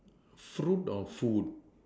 fruit or food